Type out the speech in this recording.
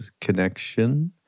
connection